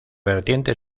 vertiente